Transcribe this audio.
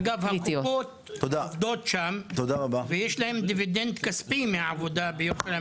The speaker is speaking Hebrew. אגב הקופות עובדות שם ויש להם דיבידנד כספי מהעבודה שם.